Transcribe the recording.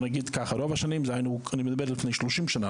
רוב השנים דהיינו אני מדבר לפני 30 שנה,